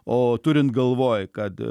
o turint galvoj kad